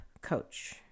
Coach